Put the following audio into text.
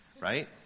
Right